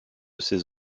ces